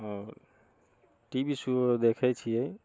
आओर T V show देखै छियै